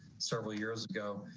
several years ago,